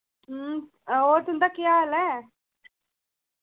और तुं'दा केह् हाल ऐ